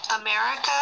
America